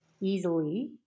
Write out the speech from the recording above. easily